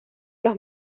los